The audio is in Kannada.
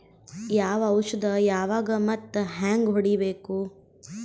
ಯಾವ ಔಷದ ಯಾವಾಗ ಮತ್ ಹ್ಯಾಂಗ್ ಹೊಡಿಬೇಕು?